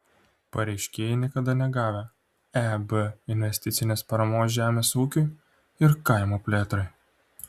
pareiškėjai niekada negavę eb investicinės paramos žemės ūkiui ir kaimo plėtrai